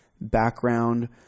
background